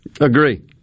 Agree